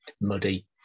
muddy